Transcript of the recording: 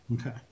Okay